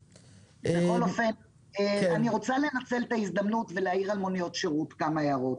אני רוצה לנצל את ההזדמנות ולהעיר על מוניות שירות כמה הערות.